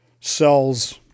sells